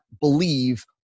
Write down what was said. believe